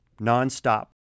nonstop